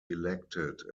elected